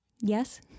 Yes